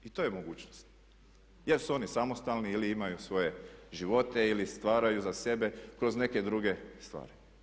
I to je mogućnost jer su oni samostalni ili imaju svoje živote ili stvaraju za sebe kroz neke druge stvari.